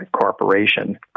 corporation